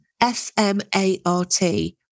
S-M-A-R-T